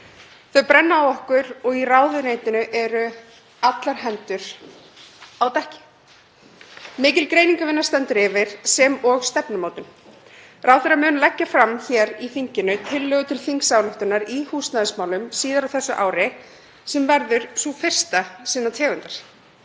Þau brenna á okkur og í ráðuneytinu eru allar hendur á dekki. Mikil greiningarvinna stendur yfir sem og stefnumótun. Ráðherra mun leggja fram í þinginu tillögu til þingsályktunar í húsnæðismálum síðar á þessu ári sem verður sú fyrsta sinnar tegundar.